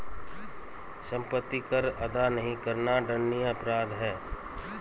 सम्पत्ति कर अदा नहीं करना दण्डनीय अपराध है